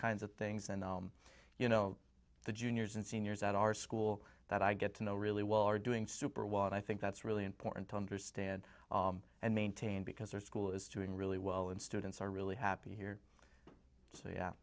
kinds of things and you know the juniors and seniors at our school that i get to know really well are doing super wat i think that's really important to understand and maintain because their school is doing really well and students are really happy here so yeah